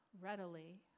readily